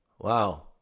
wow